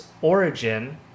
origin